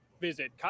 visit